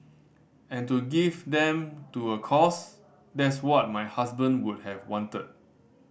and to give them to a cause that's what my husband would have wanted